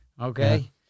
Okay